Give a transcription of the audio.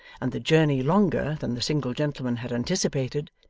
and the journey longer, than the single gentleman had anticipated,